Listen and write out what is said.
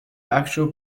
actual